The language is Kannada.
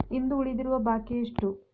ಇಂದು ಉಳಿದಿರುವ ಬಾಕಿ ಎಷ್ಟು?